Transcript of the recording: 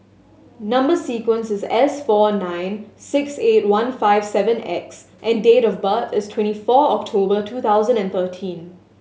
number sequence is S four nine six eight one five seven X and date of birth is twenty four October two thousand and thirteen